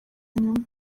nyuma